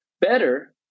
Better